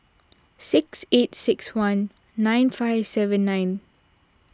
six eight six one nine five seven nine